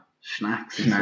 snacks